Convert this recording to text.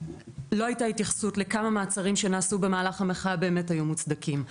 לא הייתה התייחסות לכמה מעצרים שנעשו במהלך המחאה באמת היו מוצדקים,